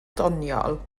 doniol